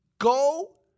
Go